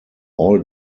all